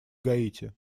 гаити